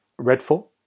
Redfall